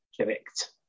Correct